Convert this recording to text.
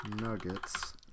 nuggets